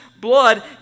blood